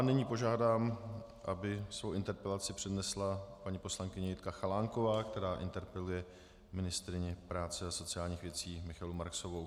Nyní požádám, aby svou interpelaci přednesla paní poslankyně Jitka Chalánková, která interpeluje ministryni práce a sociálních věcí Michaelu Marksovou.